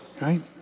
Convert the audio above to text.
Right